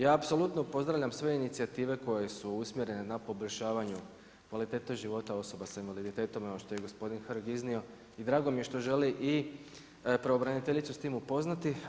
Ja apsolutno pozdravljam sve inicijative koje su usmjerene na poboljšavanju kvalitete života osoba sa invaliditetom evo što je i gospodin Hrg iznio i drago mi je što želi i pravobraniteljicu s tim upoznati.